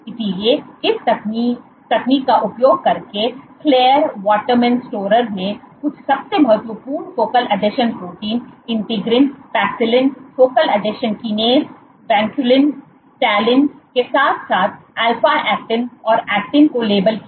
इसलिए इस तकनीक का उपयोग करके क्लेयर वाटरमैन स्टोरर ने कुछ सबसे महत्वपूर्ण फोकल आसंजन प्रोटीन इंटीग्रीन पैक्सिलिन फोकल आसंजन किनेज़ विनक्यूलिन तालिन के साथ साथ अल्फा ऐक्टिन और ऐक्टिन को लेबल किया